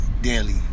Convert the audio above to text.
daily